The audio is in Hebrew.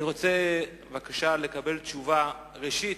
אני רוצה לקבל בבקשה תשובה, ראשית,